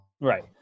Right